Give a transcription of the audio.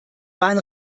bahn